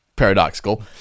Paradoxical